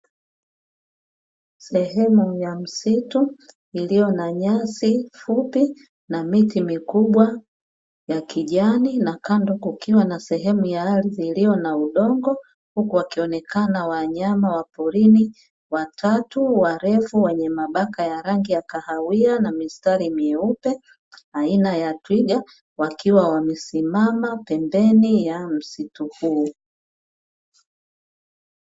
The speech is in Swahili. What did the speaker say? Sehemu ya msitu iliyo na nyasi fupi na miti mikubwa ya kijani na kando kukiwa na sehemu ya ardhi iliyo na udongo, huku wakionekana wanyama wa porini watatu warefu wenye mabaka ya rangi ya kahawia na mistari myeupe aina ya twiga wakiwa wamesimama pembeni ya msitu huo.